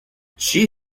she